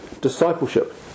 discipleship